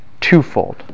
twofold